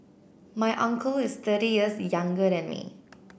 my uncle is thirty years younger than me